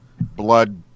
Blood